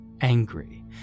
angry